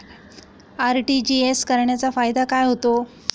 RTGS करण्याचा फायदा काय होतो?